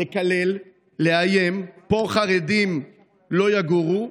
לקלל, לאיים: פה חרדים לא יגורו.